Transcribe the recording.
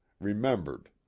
remembered